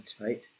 right